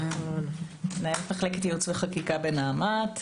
מנהלת מחלקת ייעוץ וחקיקה בנעמ"ת.